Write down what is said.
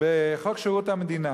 בחוק שירות המדינה